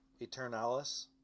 Eternalis